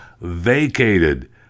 vacated